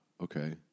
okay